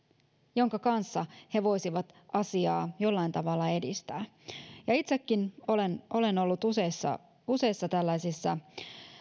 jonka kanssa he voisivat asiaa jollain tavalla edistää itsekin olen olen ollut useissa useissa tällaisissa